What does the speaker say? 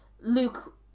Luke